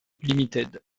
limited